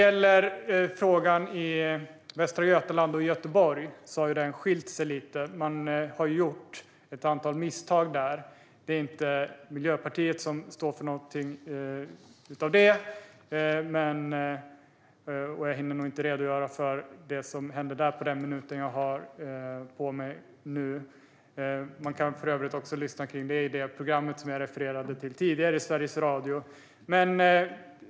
I fråga om Västra Götaland och Göteborg har det skilt sig lite. Man har ju gjort ett antal misstag där. Det är inte Miljöpartiet som står för något av dessa, och jag hinner inte redogöra för det som händer där på den tid som jag har på mig nu. Man kan för övrigt lyssna på det program i Sveriges Radio som jag refererade till tidigare.